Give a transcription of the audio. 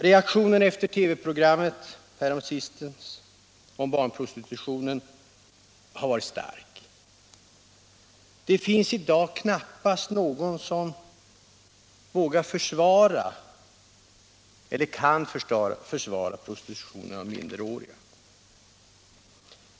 Reaktionen efter TV-programmet för en tid sedan om barnprostitutionen har varit stark. Det finns i dag knappast någon som vågar försvara eller kan försvara prostitutionen av minderåriga.